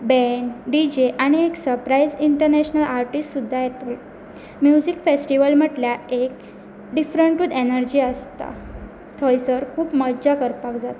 band D J आनी एक surprise international artist सुद्दा येत म्युजीक फेस्टीवल म्हटल्यार एक डिफरंटूच एनर्जी आसता थंयसर खूब मज्जा करपाक जाता